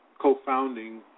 co-founding